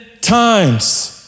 times